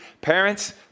Parents